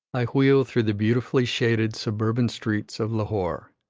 i wheel through the beautifully shaded suburban streets of lahore,